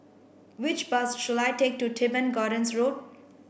which bus should I take to Teban Gardens Road